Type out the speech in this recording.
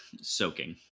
Soaking